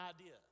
idea